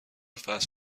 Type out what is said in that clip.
فست